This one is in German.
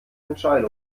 entscheidung